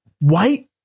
white